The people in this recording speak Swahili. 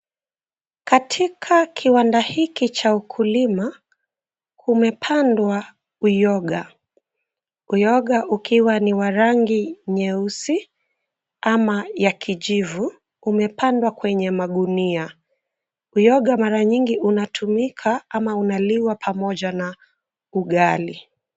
Katika kiwanda hiki cha ukulima, kumepandwa uyoga. Uyoga ukiwa ni wa rangi nyeusi ama ya kijivu, kumepandwa kwenye magunia. Uyoga mara mingi unatumika ama unaliwa pamoja na ugali.